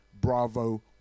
Bravo